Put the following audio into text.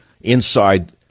inside